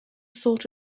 sort